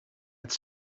het